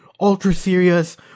ultra-serious